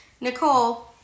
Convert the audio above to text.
Nicole